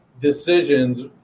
decisions